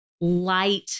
light